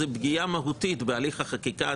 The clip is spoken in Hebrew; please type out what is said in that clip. זה פגיעה מהותית בהליך החקיקה.